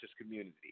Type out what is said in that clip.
community